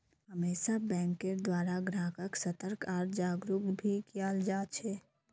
हमेशा बैंकेर द्वारा ग्राहक्क सतर्क आर जागरूक भी कियाल जा छे